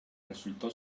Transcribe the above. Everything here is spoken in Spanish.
resultó